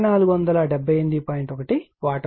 1 what